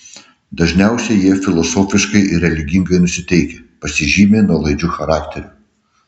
dažniausiai jie filosofiškai ir religingai nusiteikę pasižymi nuolaidžiu charakteriu